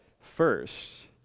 first